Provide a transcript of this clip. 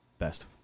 best